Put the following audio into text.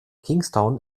kingstown